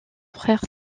frère